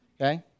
okay